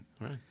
Right